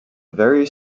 very